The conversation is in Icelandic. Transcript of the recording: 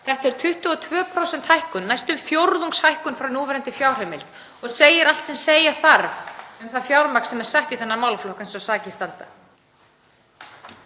er 22% hækkun, næstum fjórðungshækkun miðað við núverandi fjárheimild. Það segir allt sem segja þarf um það fjármagn sem er sett í þennan málaflokk eins og sakir standa.